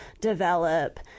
develop